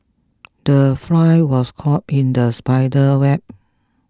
the fly was caught in the spider web